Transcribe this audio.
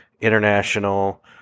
international